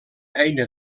eina